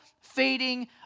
fading